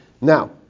Now